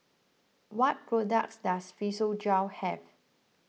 what products does Physiogel have